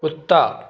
कुत्ता